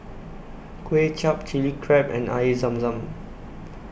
Kuay Chap Chilli Crab and Air Zam Zam